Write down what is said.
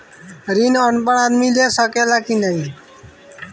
ऋण अनपढ़ आदमी ले सके ला की नाहीं?